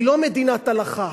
היא לא מדינת הלכה,